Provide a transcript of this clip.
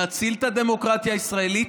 נציל את הדמוקרטיה הישראלית,